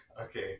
Okay